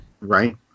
Right